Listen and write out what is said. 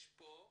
יש כאן